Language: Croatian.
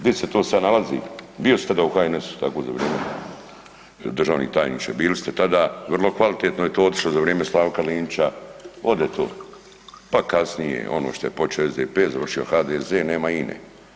Di se to sad nalazi, bio si tada u HNS-u za vrijeme, državni tajniče, bili ste tada, vrlo kvalitetno je to otišlo za vrijeme Slavka Linića, ode to, pa kasnije ono što je počeo SDP, završio HDZ, nema INE.